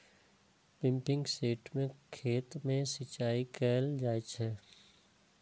pumping set सं खेत मे सिंचाई कैल जाइ छै